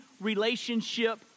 relationship